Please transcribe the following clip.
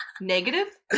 negative